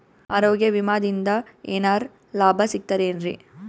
ಆರೋಗ್ಯ ವಿಮಾದಿಂದ ಏನರ್ ಲಾಭ ಸಿಗತದೇನ್ರಿ?